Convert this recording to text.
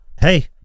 hey